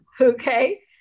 okay